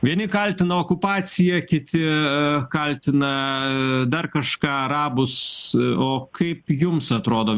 vieni kaltina okupaciją kiti kaltina dar kažką arabus o kaip jums atrodo